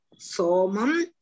Somam